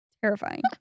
terrifying